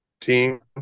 team